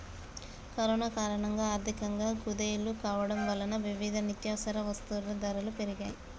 corona కారణంగా ఆర్థికంగా కుదేలు కావడం వలన వివిధ నిత్యవసర వస్తువుల ధరలు పెరిగాయ్